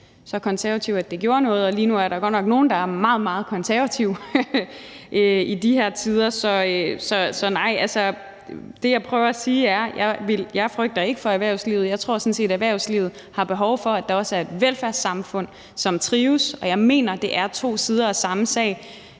så konservativ, at det gjorde noget, og lige nu, i de her tider, er der godt nok nogen, der er meget, meget konservative. Så altså, det, jeg prøver at sige, er, at jeg ikke frygter for erhvervslivet. Jeg tror sådan set, at erhvervslivet har behov for, at der også er et velfærdssamfund, som trives, og jeg mener, det er to sider af samme sag